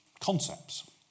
concepts